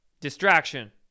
distraction